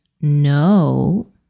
no